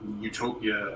utopia